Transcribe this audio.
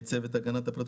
צוות הגנת הפרטיות.